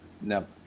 No